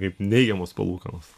kaip neigiamos palūkanos